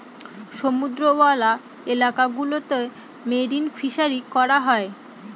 সমুদ্রওয়ালা এলাকা গুলোতে মেরিন ফিসারী করা হয়